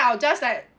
I will just like